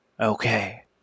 Okay